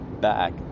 back